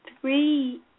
three